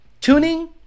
Tuning